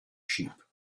sheep